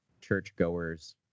churchgoers